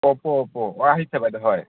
অপ' অপ' অ' আহিছে বাইদ' হয়